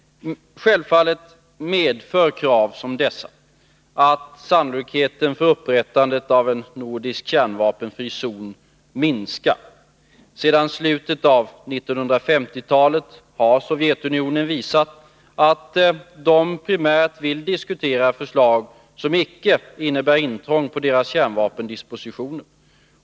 Självfallet medför krav som dessa att sannolikheten för upprättandet av en nordisk kärnvapenfri zon minskar. Sedan slutet av 1950-talet har Sovjetunionen visat att man primärt vill diskutera förslag som icke innebär intrång på deras kärnvapendispositioner.